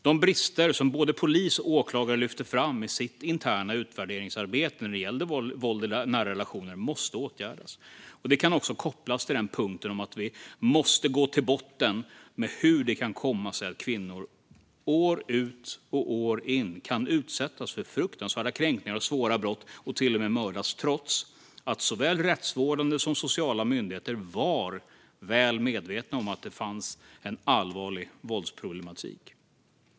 De brister som både polis och åklagare lyfter fram i sitt interna utvärderingsarbete när det gäller våld i nära relationer måste åtgärdas. Till det kan också kopplas punkten om att vi måste gå till botten med hur det kan komma sig att kvinnor år ut och år in kan utsättas för fruktansvärda kränkningar och svåra brott, och till och med mördas, trots att såväl rättsvårdande som sociala myndigheter är väl medvetna om att det finns en allvarlig våldsproblematik.